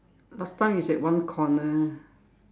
last time is at one corner